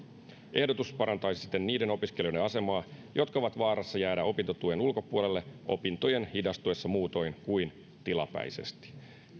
ehdotus parantaisi siten niiden opiskelijoiden asemaa jotka ovat vaarassa jäädä opintotuen ulkopuolelle opintojen hidastuessa muutoin kuin tilapäisesti